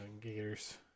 Gators